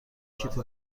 کیف